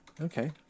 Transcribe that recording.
Okay